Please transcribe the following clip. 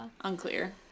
Unclear